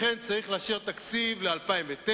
לכן צריך לאשר תקציב ל-2009,